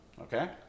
okay